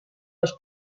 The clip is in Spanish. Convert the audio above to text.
los